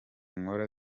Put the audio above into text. nkora